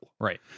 right